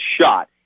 shot